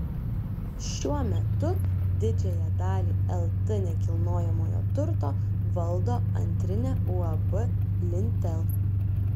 šiuo metu didžiąją dalį lt nekilnojamojo turto valdo antrinė uab lintel